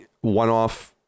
one-off